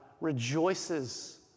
rejoices